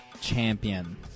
champion